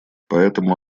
поэтому